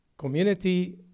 community